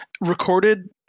recorded